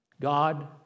God